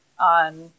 on